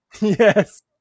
yes